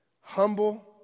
Humble